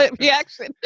reaction